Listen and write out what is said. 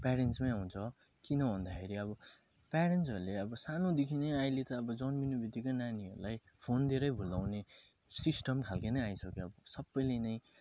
पेरेन्टसमै हुन्छ किन भन्दाखेरि अब पेरेन्टसहरूले अब सानोदेखि नै अहिले त अब जन्मिनुबित्तिकै नानीहरूलाई फोन दिएरै भुलाउने सिस्टम खालके नै आइसक्यो अब सबैले नै